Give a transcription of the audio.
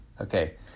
Okay